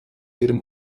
ihrem